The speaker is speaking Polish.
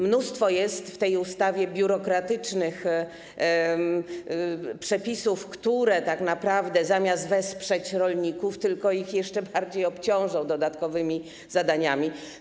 W tej ustawie jest mnóstwo biurokratycznych przepisów, które tak naprawdę zamiast wesprzeć rolników, tylko ich jeszcze bardziej obciążą dodatkowymi zadaniami.